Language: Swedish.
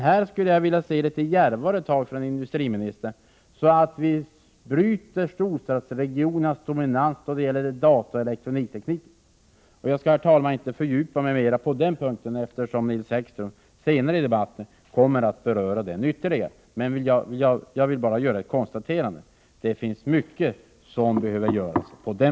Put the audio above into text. Här skulle jag vilja se litet djärvare tag från industriministern, så att vi bryter storstadsregionernas dominans då det gäller dataoch elektronikteknik. Jag skall, herr talman, inte fördjupa mig mera på den punkten, eftersom Nils Häggström senare i debatten kommer att beröra detta ytterligare. Jag vill bara göra ett konstaterande. Det finns mycket att göra på den punkten.